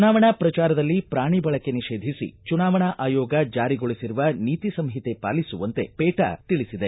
ಚುನಾವಣಾ ಪ್ರಚಾರದಲ್ಲಿ ಪ್ರಾಣಿ ಬಳಕೆ ನಿಷೇಧಿಸಿ ಚುನಾವಣಾ ಆಯೋಗ ಜಾರಿಗೊಳಿಸಿರುವ ನೀತಿ ಸಂಹಿತೆ ಪಾಲಿಸುವಂತೆ ಪೇಟಾ ತಿಳಿಸಿದೆ